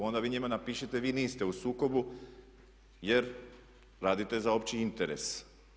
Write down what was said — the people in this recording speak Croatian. Onda vi njima napišite vi niste u sukobu jer radite za opći interes.